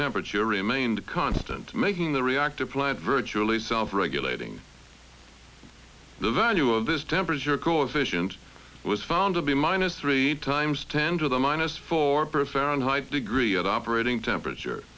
temperature remained constant making the reactor plant virtually self regulating the value of this temperature coefficient was found to be minus three times ten to the minus four per fahrenheit degree at operating temperature